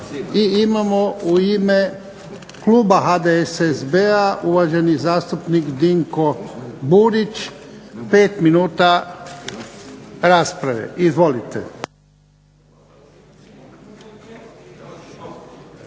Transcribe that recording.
Imamo u ime Kluba HDSSB-a uvaženi zastupnik Dinko Burić. Pet minuta rasprave izvolite.